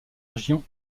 région